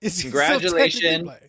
Congratulations